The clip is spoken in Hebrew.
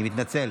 אני מתנצל.